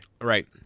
Right